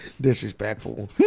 Disrespectful